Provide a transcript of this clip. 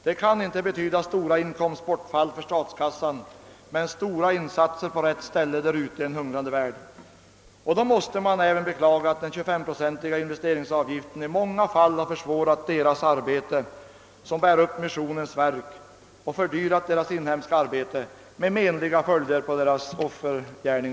Det kan inte betyda stora inkomstbortfall för statskassan, men det innebär stora insatser på rätt ställe i en hungrande värld. Man måste beklaga att den 25-procentiga investeringsavgiften i många fall har försvårat arbetet för dem som bär upp missionens verk och har fördyrat deras inhemska verksamhet med menliga följder för deras offergärning.